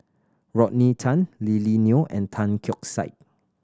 Rodney Tan Lily Neo and Tan Keong Saik